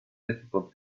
difficult